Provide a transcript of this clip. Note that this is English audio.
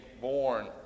born